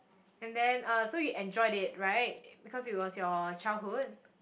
and then uh so you enjoyed it right because it was your childhood